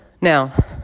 Now